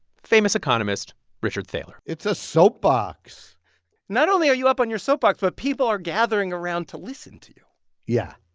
famous economist richard thaler it's a soapbox not only are you up on your soapbox but people are gathering around to listen to you yeah,